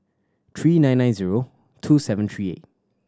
three nine nine zero two seven three eight